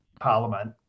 parliament